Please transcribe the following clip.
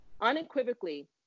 unequivocally